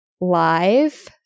live